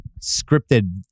scripted